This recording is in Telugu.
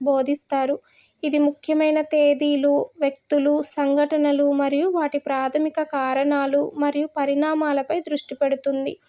బోధిస్తారు ఇది ముఖ్యమైన తేదీలు వ్యక్తులు సంఘటనలు మరియు వాటి ప్రాథమిక కారణాలు మరియు పరిణామాలపై దృష్టి పెడుతుంది